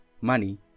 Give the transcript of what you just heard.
money